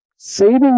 Saving